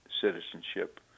citizenship